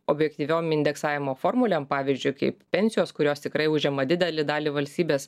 objektyviom indeksavimo formulėm pavyzdžiui kaip pensijos kurios tikrai užima didelį dalį valstybės